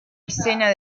escena